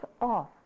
off